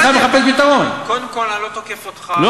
אני אתך מחפש פתרון,